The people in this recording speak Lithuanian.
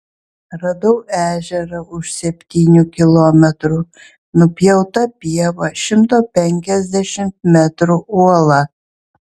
radau ežerą už septynių kilometrų nupjauta pieva šimto penkiasdešimt metrų uola